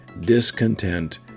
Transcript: discontent